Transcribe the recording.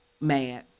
mad